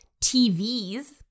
TVs